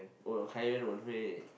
oh no Kai-Yan Wen-Hui